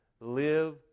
Live